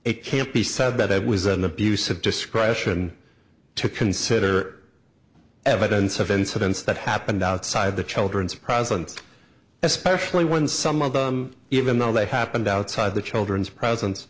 it can't be said that it was an abuse of discretion to consider evidence of incidents that happened outside the children's presence especially when some of them even though they happened outside the children's presen